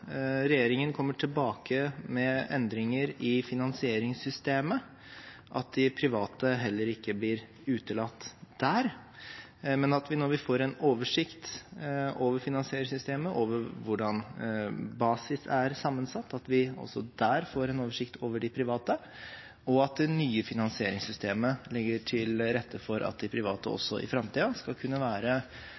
regjeringen kommer tilbake med endringer i finansieringssystemet, at de private heller ikke blir utelatt der, men at vi, når vi får en oversikt over finansieringssystemet og over hvordan basis er sammensatt, også der får en oversikt over de private, og at det nye finansieringssystemet legger til rette for at de private også i framtiden skal kunne være